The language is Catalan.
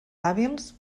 hàbils